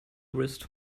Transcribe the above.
wrist